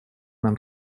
нам